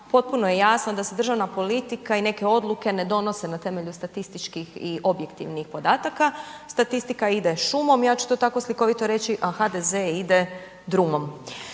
potpuno je jasno da se državna politika i neke odluke ne donose na temelju statističkih i objektivnih podataka, statistika ide šumom, ja ću to tako slikovito reći, a HDZ ide drumom.